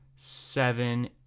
seven